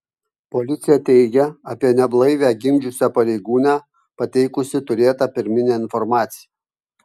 policija teigia apie neblaivią gimdžiusią pareigūnę pateikusi turėtą pirminę informaciją